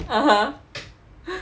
(uh huh)